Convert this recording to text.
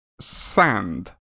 sand